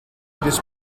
this